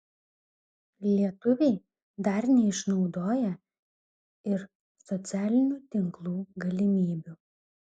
lietuviai dar neišnaudoja ir socialinių tinklų galimybių